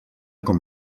com